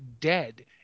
dead